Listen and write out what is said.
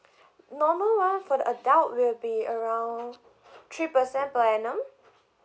normal one for the adult will be around three percent per annum